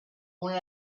una